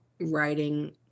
writing